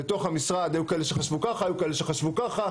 בתוך המשרד היו כאלו שחשבו ככה,